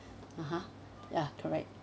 (uh huh) ya correct